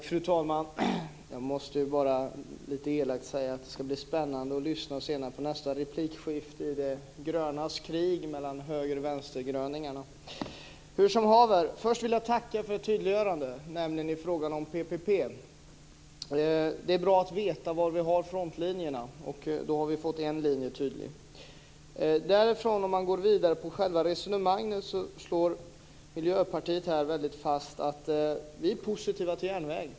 Fru talman! Jag måste lite elakt säga att det ska bli spännande att lyssna på nästa replikskifte i de grönas krig mellan höger och vänstergröningarna. Först vill jag tacka för ett tydliggörande, nämligen i frågan om PPP. Det är bra att veta var vi har frontlinjerna. Nu har vi fått en linje tydlig. Låt mig sedan gå vidare till själva resonemanget. Miljöpartiet slår fast att man är positiva till järnvägen.